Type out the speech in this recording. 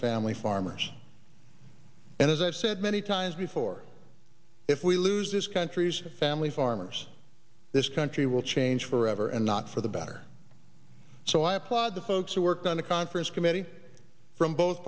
family farmers and as i've said many times before if we lose this country's family farmers this country will change forever and not for the better so i applaud the folks who worked on the conference committee from both